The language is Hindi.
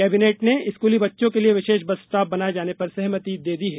कैबिनेट ने स्कूली बच्चों के लिए विषेष बस स्टॉप बनाए जाने पर सहमति दे दी है